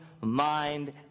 mind